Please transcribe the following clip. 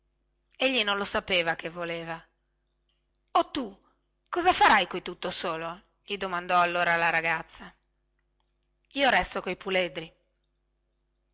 egli non lo sapeva che voleva o tu cosa farai qui tutto solo gli domandò allora la ragazza io resto coi puledri